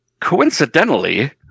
coincidentally